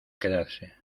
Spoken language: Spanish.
quedarse